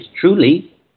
truly